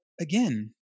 again